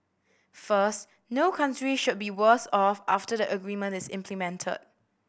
first no country should be worse off after the agreement is implemented